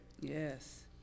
Yes